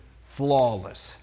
flawless